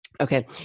Okay